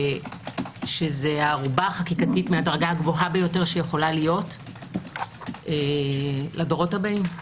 שזה הערובה החקיקתית מהדרגה הגבוהה ביותר שיכולה להיות לדורות הבאים,